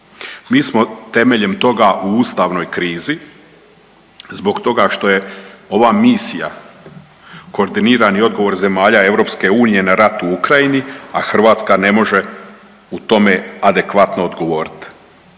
Mi smo temeljem toga u ustavnoj krizi zbog toga što je ova misija koordinirani odgovor zemalja EU na rat u Ukrajini, a Hrvatska ne može u tome adekvatno odgovoriti.